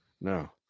no